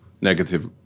negative